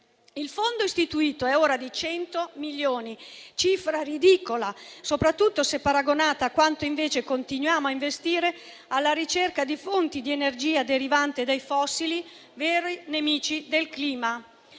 Il fondo istituito è ora di 100 milioni: cifra ridicola, soprattutto se paragonata a quanto invece continuiamo a investire alla ricerca di fonti di energia derivante dai fossili, veri nemici del clima.